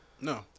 No